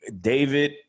david